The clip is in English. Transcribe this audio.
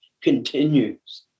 Continues